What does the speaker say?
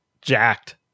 jacked